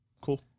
Cool